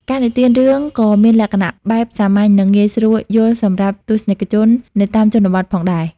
ការនិទានរឿងក៏មានលក្ខណៈបែបសាមញ្ញនិងងាយស្រួលយល់សម្រាប់ទស្សនិកជននៅតាមជនបទផងដែរ។